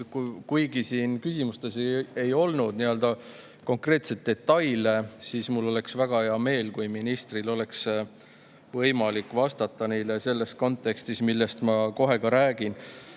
Kuigi siin küsimustes ei olnud konkreetseid detaile, mul oleks väga hea meel, kui ministril oleks võimalik vastata neile selles kontekstis, millest ma kohe